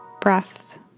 breath